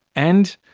and,